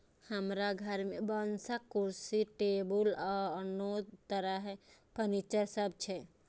हमरा घर मे बांसक कुर्सी, टेबुल आ आनो तरह फर्नीचर सब छै